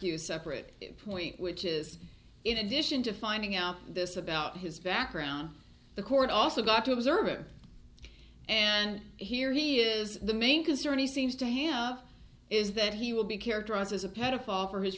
you a separate point which is in addition to finding out this about his background the court also got to observe it and here he is the main concern he seems to have is that he will be characterized as a pedophile for his